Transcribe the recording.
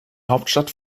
hauptstadt